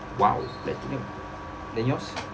!wow! platinum then yours